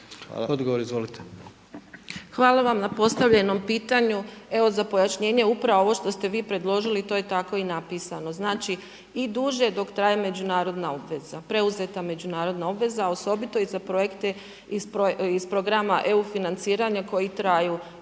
Hvala vam na postavljenom pitanju, evo za pojašnjenje upravo ovo što ste vi predložili to je tako i napisano, znači i duže dok traje međunarodna obveza, preuzeta međunarodna obveza osobito i za projekte iz programa EU financiranja, koji traju